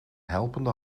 helpende